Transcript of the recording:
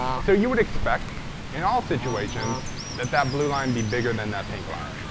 so you would expect in all situations that that blue line be bigger than that pink line,